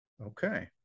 okay